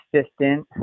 assistant